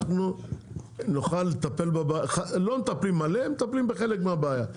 אנחנו לא מטפלים מלא, מטפלים בחלק מהבעיה.